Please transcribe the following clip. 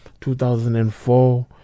2004